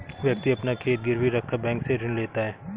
व्यक्ति अपना खेत गिरवी रखकर बैंक से ऋण लेता है